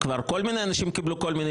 כי כבר כל מיני אנשים קיבלו כל מיני